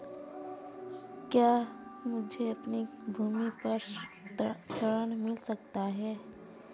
क्या मुझे अपनी भूमि पर ऋण मिल सकता है?